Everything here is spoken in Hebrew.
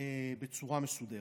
בצורה מסודרת.